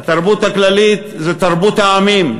התרבות הכללית היא תרבות העמים,